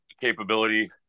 capability